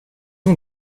ont